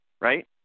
right